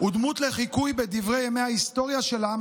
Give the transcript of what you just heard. הוא דמות לחיקוי בדברי ימי העם היהודי,